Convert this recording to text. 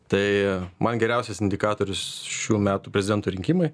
tai man geriausias indikatorius šių metų prezidento rinkimai